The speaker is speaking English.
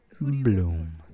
Bloom